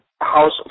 house